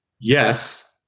Yes